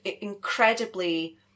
incredibly